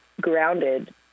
grounded